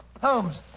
Holmes